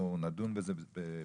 אנחנו נדון בזה בוועדה.